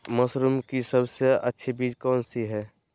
Mushroom की सबसे अच्छी बीज कौन सी है?